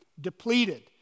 depleted